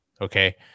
Okay